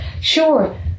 Sure